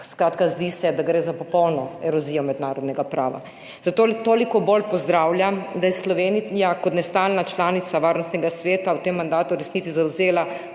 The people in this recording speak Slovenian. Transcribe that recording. Skratka, zdi se, da gre za popolno erozijo mednarodnega prava, zato toliko bolj pozdravljam, da je Slovenija kot nestalna članica Varnostnega sveta v tem mandatu v resnici zavzela